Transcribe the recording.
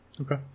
Okay